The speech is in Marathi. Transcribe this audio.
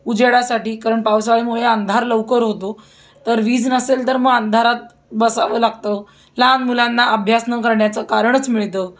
उजेडासाठी कारण पावसाळ्यामुळे अंधार लवकर होतो तर वीज नसेल तर मग अंधारात बसावं लागतं लहान मुलांना अभ्यास न करण्याचं कारणच मिळतं